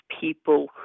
people